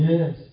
Yes